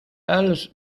elles